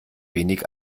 wenig